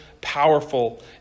powerful